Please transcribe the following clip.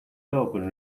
open